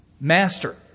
master